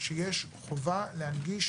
שיש חובה להנגיש